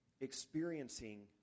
experiencing